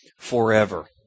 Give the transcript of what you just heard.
forever